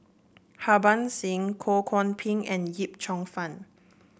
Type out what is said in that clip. Harbans Singh Ho Kwon Ping and Yip Cheong Fun